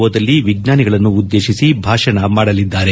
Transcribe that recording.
ಒ ದಲ್ಲಿ ವಿಜ್ಞಾನಿಗಳನ್ನು ಉದ್ದೇಶಿಸಿ ಭಾಷಣ ಮಾಡಲಿದ್ದಾರೆ